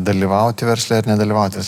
dalyvauti versle ar nedalyvauti